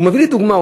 הוא מביא לי דוגמה.